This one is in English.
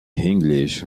english